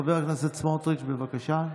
חבר הכנסת סמוטריץ', בבקשה.